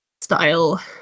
style